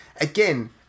Again